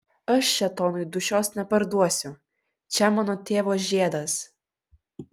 aš šėtonui dūšios neparduosiu čia mano tėvo žiedas